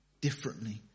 differently